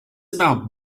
about